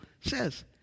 says